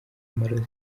amarozi